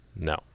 No